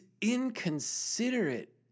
inconsiderate